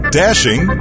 dashing